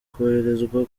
koherezwa